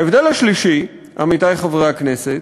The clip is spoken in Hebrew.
ההבדל השלישי, עמיתי חברי הכנסת,